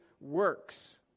works